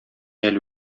әле